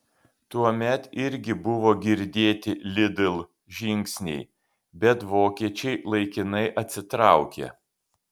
tuomet irgi buvo girdėti lidl žingsniai bet vokiečiai laikinai atsitraukė